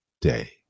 day